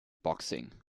boxing